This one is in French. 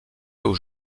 aux